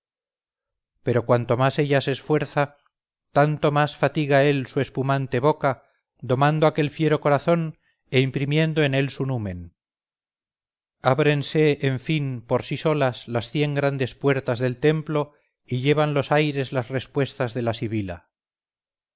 pero cuanto más ella se esfuerza tanto más fatiga él su espumante boca domando aquel fiero corazón e imprimiendo en él su numen ábrense en fin por sí solas las cien grandes puertas del templo y llevan los aires las respuestas de la sibila